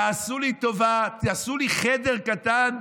תעשו לי טובה, תעשו לי חדר קטן.